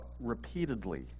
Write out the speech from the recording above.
repeatedly